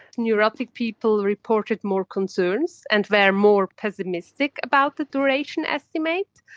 neurotic people reported more concerns and were more pessimistic about the duration estimate.